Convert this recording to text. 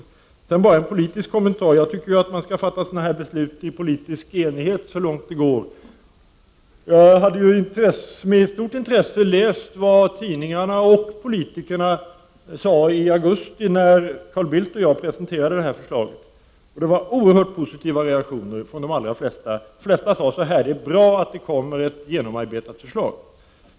Jag vill bara sedan göra en politisk kommentar. Jag tycker att man skall fatta sådana här beslut i politisk enighet, så långt det går. Jag hade med stort intresse läst vad tidningarna och politikerna sade i augusti, när Carl Bildt och jag presenterade det här förslaget. Det var oerhört positiva reaktioner från de allra flesta. De flesta sade: Det är bra att det kommer ett genomarbetat förslag.